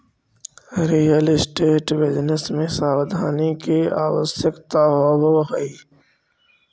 real estate business में सावधानी के आवश्यकता होवऽ हई